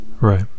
right